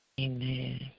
Amen